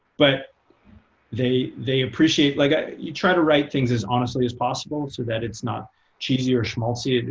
but they they appreciate like ah you try to write things as honestly as possible so that it's not cheesy or schmaltzy,